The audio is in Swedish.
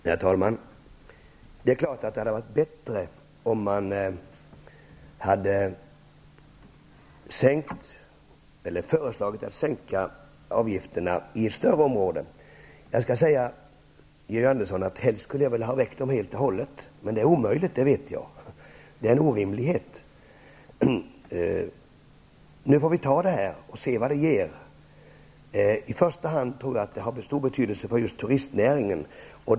Herr talman! Det är klart att det hade varit bättre med ett förslag att sänka avgifterna i större områden. Helst skulle jag vilja ha dem väck helt och hållet, Georg Andersson! Men jag vet att det är omöjligt. Det är en orimlighet. Nu får vi se vad detta ger. I första hand tror jag att detta har stor betydelse för turistnäringen.